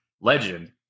Legend